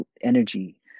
energy